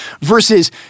versus